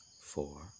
four